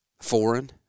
foreign